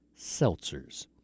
Seltzers